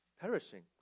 perishing